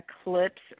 eclipse